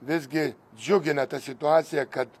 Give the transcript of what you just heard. visgi džiugina ta situacija kad